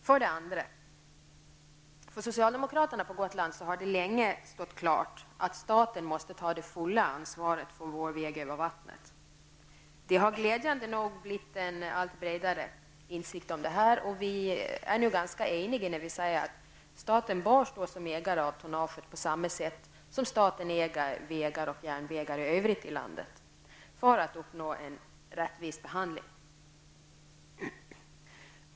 För det andra: För socialdemokraterna på Gotland har det länge stått klart att staten måste ta det fulla ansvaret för vår väg över vattnet. Det har glädjande nog blivit en allt bredare insikt om detta, och nu är vi ganska eniga när vi säger att staten bör stå som ägare av tonnaget, på samma sätt som staten äger vägar och järnvägar i övrigt i landet, för att uppnå en rättvis behandling.